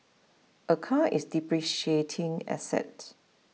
a car is depreciating asset